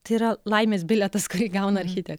tai yra laimės bilietas kurį gauna architek